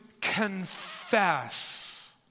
confess